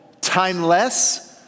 timeless